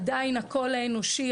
עדיין הקול האנושי,